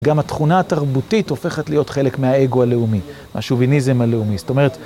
גם התכונה התרבותית הופכת להיות חלק מהאגו הלאומי, מהשוביניזם הלאומי, זאת אומרת...